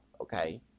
okay